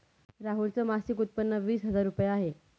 राहुल च मासिक उत्पन्न वीस हजार रुपये आहे